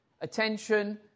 attention